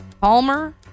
Palmer